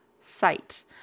site